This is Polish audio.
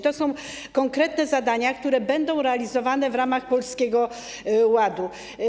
To są konkretne zadania, które będą realizowane w ramach Polskiego Ładu.